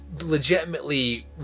legitimately